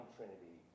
Trinity